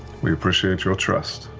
we appreciate your trust,